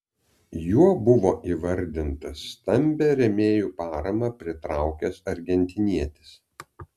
juo buvo įvardintas stambią rėmėjų paramą pritraukęs argentinietis